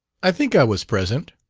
i think i was present.